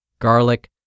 garlic